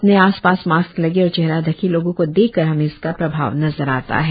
अपने आस पास मास्क लगे और चेहरा ढके लोगों को देखकर हमें इसका प्रभाव नजर आता है